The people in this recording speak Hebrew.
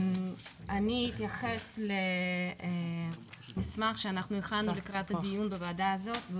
אני אתייחס למסמך שאנחנו הכנו לקראת הדיון בוועדה הזאת,